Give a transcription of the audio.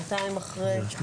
שנתיים אחרי.